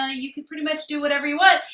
ah you can pretty much do whatever you want.